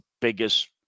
biggest